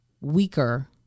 Weaker